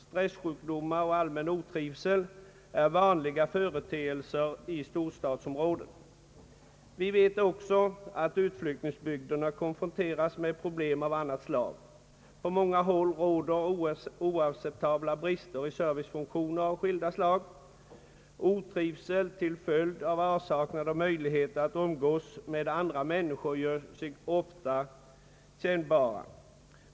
Stresssjukdomar och allmän otrivsel är vanliga företeelser i storstadsområdena. Vi vet också att utflyttningsbygderna konfronteras med problem av annat slag. På många håll råder oacceptabla brister i servicefunktioner av skilda slag. Otrivsel till följd av avsaknad av möjligheter att umgås med andra människor gör sig ofta kännbar.